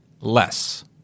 less